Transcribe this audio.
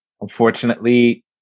Unfortunately